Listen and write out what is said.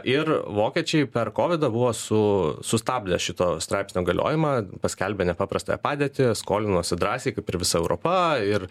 ir vokiečiai per kovidą buvo su sustabdę šito straipsnio galiojimą paskelbė nepaprastąją padėtį skolinosi drąsiai kaip ir visa europa ir